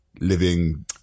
living